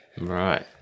right